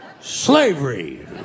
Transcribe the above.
Slavery